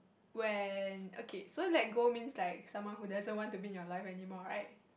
when okay so let go means like someone who doesn't want to be in your life anymore right